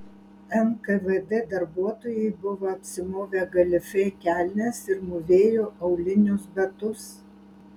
nkvd darbuotojai buvo apsimovę galifė kelnes ir mūvėjo aulinius batus